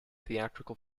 theatrical